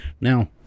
now